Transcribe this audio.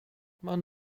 mam